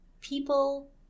people